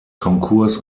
konkurs